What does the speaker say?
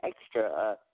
extra